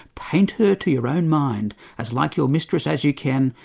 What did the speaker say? paint her to your own mind as like your mistress as you can,